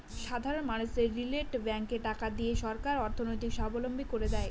সাধারন মানুষদেরকে রিটেল ব্যাঙ্কে টাকা দিয়ে সরকার অর্থনৈতিক সাবলম্বী করে দেয়